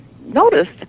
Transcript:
noticed